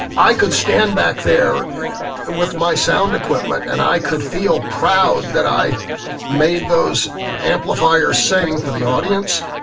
i could stand back there with my sound equipment and i could feel proud that i made those amplifiers sing for the audience,